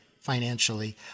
financially